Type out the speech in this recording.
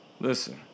listen